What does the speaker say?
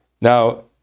Now